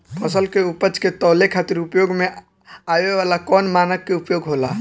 फसल के उपज के तौले खातिर उपयोग में आवे वाला कौन मानक के उपयोग होला?